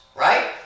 right